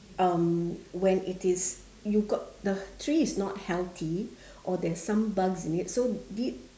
um when it is you got the tree is not healthy or there is some bugs in it so we